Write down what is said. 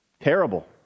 Terrible